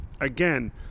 again